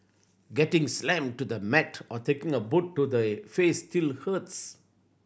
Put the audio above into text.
getting slammed to the mat or taking a boot to the face still hurts